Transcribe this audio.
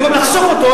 במקום לחסוך אותו,